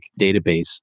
database